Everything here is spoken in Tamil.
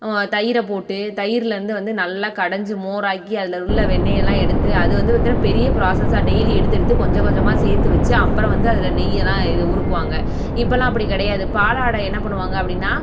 தயிரை போட்டு தயிரில் இருந்து வந்து நல்லா கடஞ்சு மோராக்கி அதில் உள்ள வெண்ணையெல்லாம் எடுத்து அது வந்து பார்த்திங்கன்னா பெரிய ப்ராசஸ்ஸா டெய்லி எடுத்து எடுத்து கொஞ்ச கொஞ்சமாக சேர்த்து வச்சு அப்புறம் வந்து அதில் நெய்யலாம் இ உருக்குவாங்க இப்போலாம் அப்படி கிடையாது பாலாடையை என்ன பண்ணுவாங்க அப்படின்னா